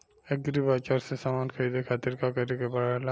Agri Bazaar से समान ख़रीदे खातिर का करे के पड़ेला?